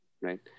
right